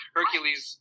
Hercules